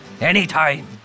anytime